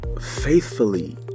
faithfully